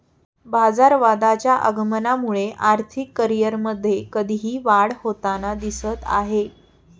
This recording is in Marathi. बाजारवादाच्या आगमनामुळे आर्थिक करिअरमध्ये कधीही वाढ होताना दिसत आहे